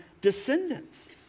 descendants